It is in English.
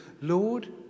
Lord